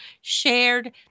Shared